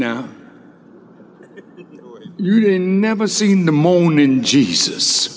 no you didn't never seen the mornin jesus